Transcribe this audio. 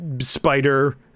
spider